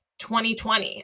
2020